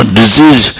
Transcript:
disease